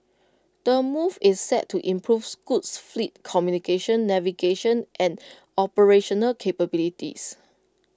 the move is set to improve Scoot's fleet's communication navigation and operational capabilities